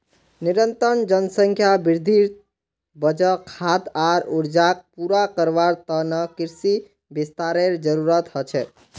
निरंतर जनसंख्या वृद्धिर वजह खाद्य आर ऊर्जाक पूरा करवार त न कृषि विस्तारेर जरूरत ह छेक